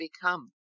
become